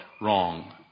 wrong